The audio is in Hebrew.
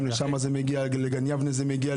גם לשם זה מגיע, עד ליבנה זה מגיע.